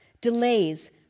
Delays